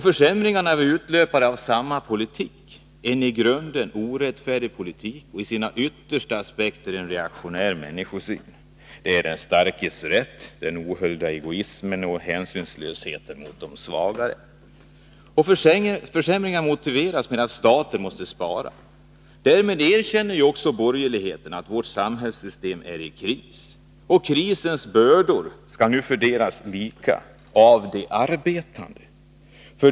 Försämringarna är utlöpare av samma politik, en i grunden orättfärdig politik med en reaktionär människosyn — den starkes rätt, ohöljd egoism och hänsynslöshet mot de svagare. Försämringarna motiveras med att staten måste spara. Därmed erkänner borgerligheten att vårt samhällssystem är i kris. Krisens bördor skall nu fördelas lika mellan de arbetande.